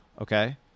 okay